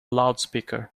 loudspeaker